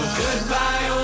goodbye